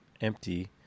empty